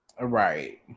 Right